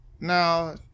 no